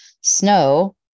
snow